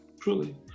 truly